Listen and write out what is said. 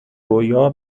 رویا